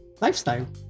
lifestyle